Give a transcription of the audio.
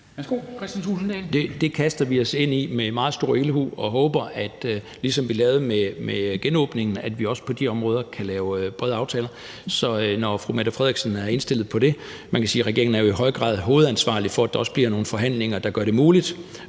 Det kaster vi os ind i med meget stor ildhu, og vi håber, at vi, ligesom vi gjorde med genåbningen, også på de områder kan lave brede aftaler, når fru Mette Frederiksen er indstillet på det. Man kan sige, at regeringen jo i høj grad er hovedansvarlig for, at der også bliver nogle forhandlinger, der gør det muligt